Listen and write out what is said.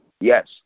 Yes